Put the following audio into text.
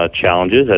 challenges